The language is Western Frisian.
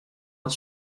wat